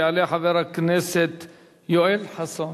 יעלה חבר הכנסת יואל חסון.